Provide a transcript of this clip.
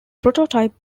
prototype